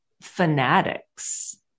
fanatics